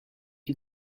you